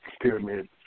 pyramid